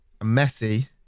Messi